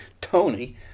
Tony